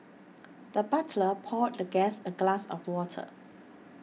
the butler poured the guest a glass of water